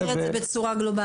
להסדיר את זה בצורה גלובלית.